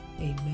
Amen